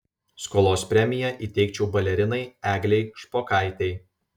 skolos premiją įteikčiau balerinai eglei špokaitei